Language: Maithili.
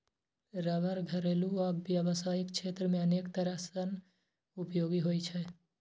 रबड़ घरेलू आ व्यावसायिक क्षेत्र मे अनेक तरह सं उपयोगी होइ छै